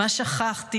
מה שכחתי?